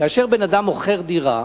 כאשר בן-אדם מוכר דירה,